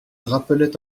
rappelait